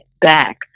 back